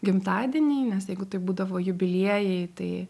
gimtadieniai nes jeigu tai būdavo jubiliejai tai